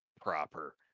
proper